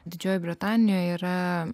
didžiojoje britanijoje yra